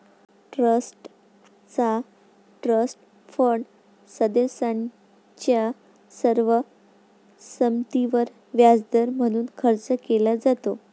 ट्रस्टचा trust fund सदस्यांच्या सर्व संमतीवर व्याजदर म्हणून खर्च केला जातो